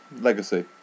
Legacy